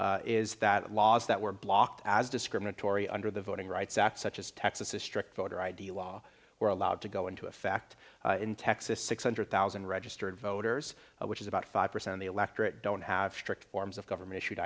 thirteen is that laws that were blocked as discriminatory under the voting rights act such as texas strict voter id law were allowed to go into effect in texas six hundred thousand registered voters which is about five percent of the electorate don't have strict forms of government issued